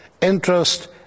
interest